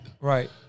Right